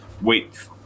wait